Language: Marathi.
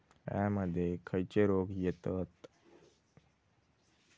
शेळ्यामध्ये खैचे रोग येतत?